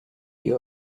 you